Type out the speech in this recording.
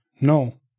No